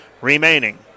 remaining